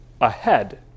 ahead